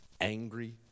angry